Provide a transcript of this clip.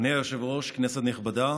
אדוני היושב-ראש, כנסת נכבדה,